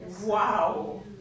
Wow